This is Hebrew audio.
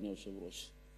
אדוני היושב-ראש.